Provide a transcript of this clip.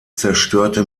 zerstörte